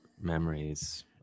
memories